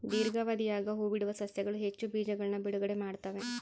ದೀರ್ಘಾವಧಿಯಾಗ ಹೂಬಿಡುವ ಸಸ್ಯಗಳು ಹೆಚ್ಚು ಬೀಜಗಳನ್ನು ಬಿಡುಗಡೆ ಮಾಡ್ತ್ತವೆ